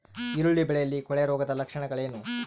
ಈರುಳ್ಳಿ ಬೆಳೆಯಲ್ಲಿ ಕೊಳೆರೋಗದ ಲಕ್ಷಣಗಳೇನು?